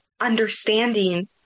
understanding